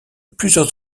plusieurs